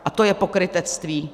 A to je pokrytectví.